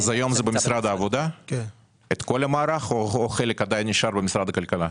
אז היום זה במשרד העבודה כל המערך או חלק נשאר במשרד הכלכלה?